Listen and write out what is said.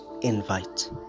invite